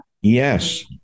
Yes